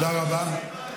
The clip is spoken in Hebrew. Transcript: תודה רבה.